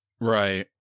Right